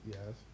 Yes